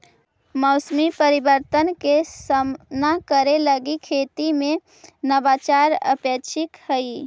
मौसमी परिवर्तन के सामना करे लगी खेती में नवाचार अपेक्षित हई